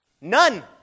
None